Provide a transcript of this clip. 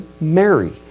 Mary